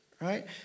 Right